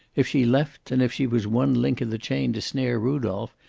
if she left, and if she was one link in the chain to snare rudolph,